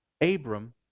Abram